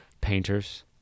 painters